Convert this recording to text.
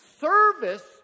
service